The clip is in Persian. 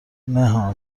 نهها